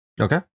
Okay